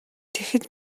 тэгэхэд